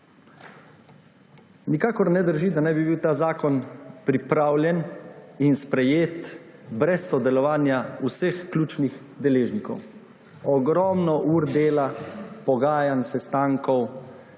Nikakor ne drži, da ne bi bil ta zakon pripravljen in sprejet brez sodelovanja vseh ključnih deležnikov. Ogromno ur dela, pogajanj, sestankov,